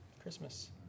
Christmas